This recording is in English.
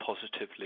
positively